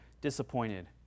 disappointed